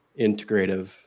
integrative